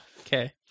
okay